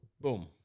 boom